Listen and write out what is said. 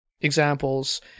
examples